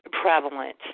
prevalent